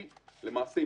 למעשה,